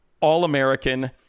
All-American